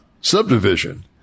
subdivision